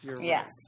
Yes